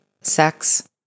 sex